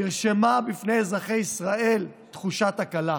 נרשמה בפני אזרחי ישראל תחושת הקלה,